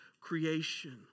creation